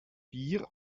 bier